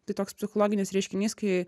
tai toks psichologinis reiškinys kai